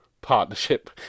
partnership